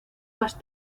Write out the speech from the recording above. más